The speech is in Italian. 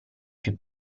più